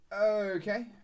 Okay